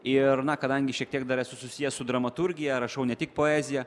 ir na kadangi šiek tiek dar esu susijęs su dramaturgija rašau ne tik poeziją